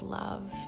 love